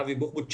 אבי בוחבוט,